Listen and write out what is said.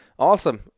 Awesome